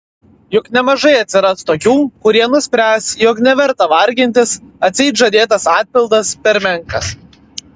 juk nemažai atsiras tokių kurie nuspręs jog neverta vargintis atseit žadėtas atpildas per menkas